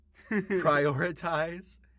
Prioritize